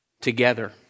together